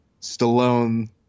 Stallone